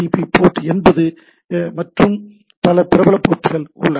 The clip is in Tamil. பி போர்ட் 80 மற்றும் பல பிரபலமான போர்ட்கள் உள்ளன